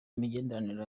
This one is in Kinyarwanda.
imigenderanire